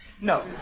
No